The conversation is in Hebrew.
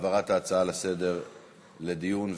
העברת ההצעות לסדר-היום לדיון?